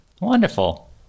Wonderful